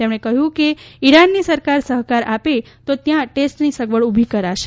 તેમણે કહ્યું કે ઇરાનની સરકાર સહકાર આપે તો ત્યાં ટેસ્ટ ની સગવડ ઉભી કરાશે